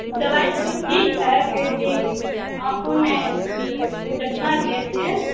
اس دوائی تو ٹھیک ہے پھر بھی آنکھوں میں جو چشمہ دیے تھے